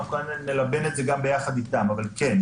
ואנחנו נלבן את זה כמובן יחד אתם אבל כן,